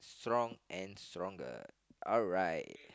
strong and stronger alright